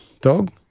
dog